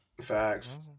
Facts